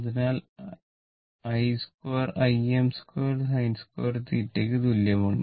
അതിനാൽ i2 Im2sin2θ ന് തുല്യമാണ്